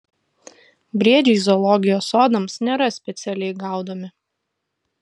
briedžiai zoologijos sodams nėra specialiai gaudomi